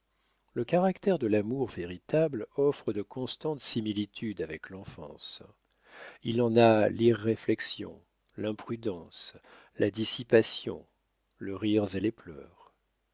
le caractère de l'amour véritable offre de constantes similitudes avec l'enfance il en a l'irréflexion l'imprudence la dissipation le rire et les pleurs